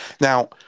Now